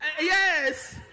Yes